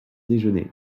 déjeuner